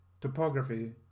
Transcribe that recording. topography